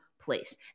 place